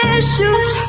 issues